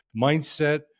Mindset